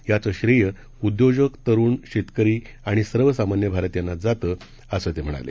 याचं श्रेय उद्योजक तरुण शेतकरी आणि सर्वसामान्य भारतीयांना जातं असं ते म्हणाले